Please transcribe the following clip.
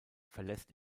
verlässt